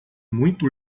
muito